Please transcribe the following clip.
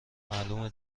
معلومه